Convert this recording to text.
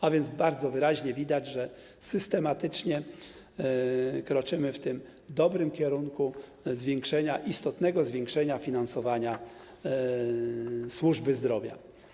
A więc bardzo wyraźnie widać, że systematycznie kroczymy w dobrym kierunku - istotnego zwiększenia finansowania służby zdrowia.